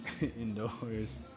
indoors